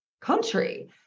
country